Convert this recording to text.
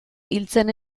hiltzen